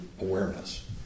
awareness